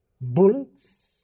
bullets